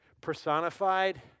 Personified